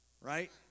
right